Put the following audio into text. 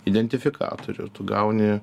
identifikatorių ir tu gauni